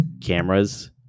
cameras